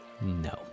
no